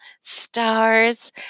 stars